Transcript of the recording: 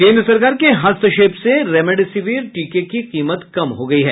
केन्द्र सरकार के हस्तक्षेप से रेमडेसिविर टीके की कीमत कम हो गई है